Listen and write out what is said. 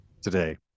today